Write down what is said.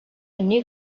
new